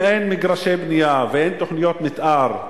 אם אין מגרשי בנייה ואין תוכניות מיתאר,